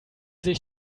sich